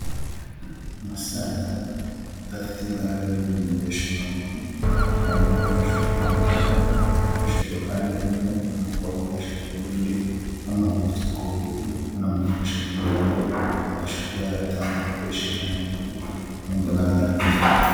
Umusaza udafite imbaraga zo kugendesha amaguru arimo gufashwa n'umugabo ufashe ku ruhande rumwe n'umukobwa ufashe ku rundi, bamuhagurutsa ku buriri, banamufasha kugira ngo abashe kuba yatambuka akoresheje amaguru n'ubwo nta mbaraga afite.